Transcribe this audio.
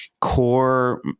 core